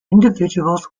individuals